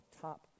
top